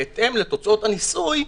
בהתאם לתוצאות הניסוי,